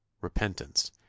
Repentance